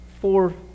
four